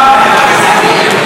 אה, הינה, עוד פעם.